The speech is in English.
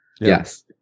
yes